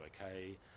okay